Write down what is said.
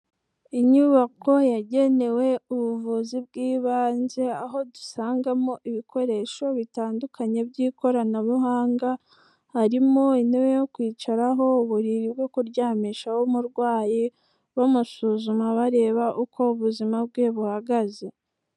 Inyubako yagenewe ubuvuzi bw'ibanze, aho dusangamo ibikoresho bitandukanye by'ikoranabuhanga. Harimo intebe yo kwicaraho, uburiri bwo kuryamishaho umurwayi bamusuzuma bareba uko ubuzima bwe buhagaze.